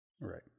right